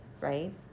right